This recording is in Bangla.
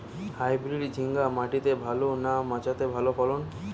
হাইব্রিড ঝিঙ্গা মাটিতে ভালো না মাচাতে ভালো ফলন?